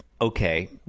Okay